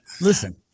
Listen